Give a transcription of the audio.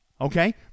okay